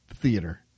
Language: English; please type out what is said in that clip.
theater